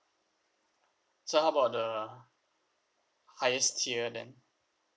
so how about the highest tier then